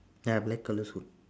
ya black colour suit